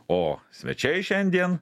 o svečiai šiandien